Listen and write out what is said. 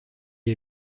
est